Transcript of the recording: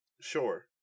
Sure